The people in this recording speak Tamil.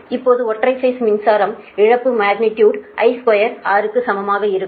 இப்போது ஒற்றை பேஸ் மின்சாரம் இழப்பு மக்னிடியுடு I2 R க்கு சமமாக இருக்கும்